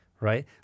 right